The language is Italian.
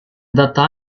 adatta